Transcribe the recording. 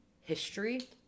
history